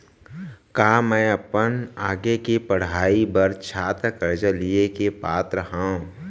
का मै अपन आगे के पढ़ाई बर छात्र कर्जा लिहे के पात्र हव?